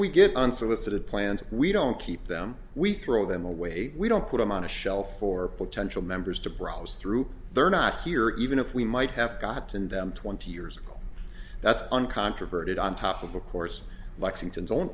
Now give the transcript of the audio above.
we get unsolicited plans we don't keep them we throw them away we don't put them on a shelf for potential members to browse through they're not here even if we might have gotten them twenty years ago that's uncontroverted on top of of course lexington